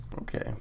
Okay